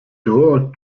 door